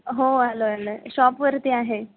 हो आलो आहे आलो आहे शॉपवरती आहे